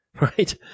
right